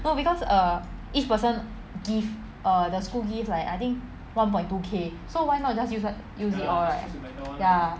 no because err each person give err the school give like I think one point two K so why not just use the just use it all right